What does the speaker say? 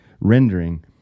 rendering